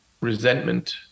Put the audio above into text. resentment